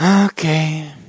Okay